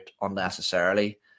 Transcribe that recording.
unnecessarily